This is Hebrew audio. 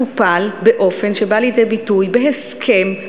טופל באופן שבא לידי ביטוי בהסכם.